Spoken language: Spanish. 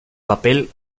papel